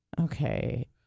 Okay